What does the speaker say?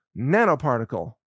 nanoparticle